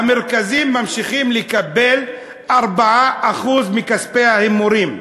המרכזים ממשיכים לקבל 4% מכספי ההימורים.